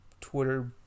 Twitter